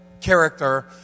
character